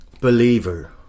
Believer